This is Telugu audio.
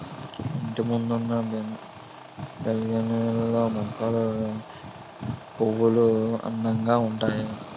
ఇంటిముందున్న బిల్లగన్నేరు మొక్కల పువ్వులు అందంగా ఉంతాయి